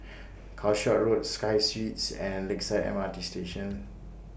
Calshot Road Sky Suites and Lakeside M R T Station